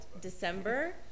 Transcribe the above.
December